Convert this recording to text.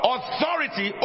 Authority